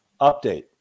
update